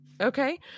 Okay